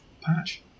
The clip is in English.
patch